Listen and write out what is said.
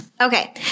Okay